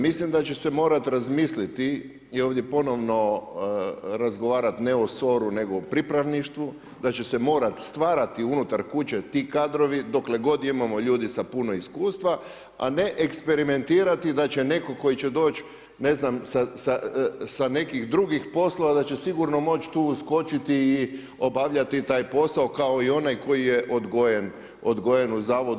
Mislim da će se morati razmisliti i ovdje ponovno razgovarati ne o SOR-u nego o pripadništvu, da će se morati stvarati unutar kuće ti kadrovi, dokle godi imamo ljude sa puno iskustva, a ne eksperimentirati da će netko tko će doći, ne znam, sa nekih drugih poslova, da će sigurno moći tu uskočiti i obavljati taj posao kao i onaj koji je odgojen u Zavodu.